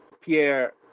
Pierre